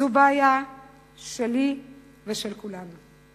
זאת בעיה שלי ושל כולנו.